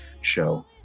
show